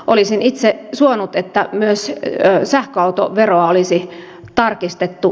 olisin itse suonut että myös sähköautoveroa olisi tarkistettu